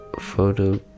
Photo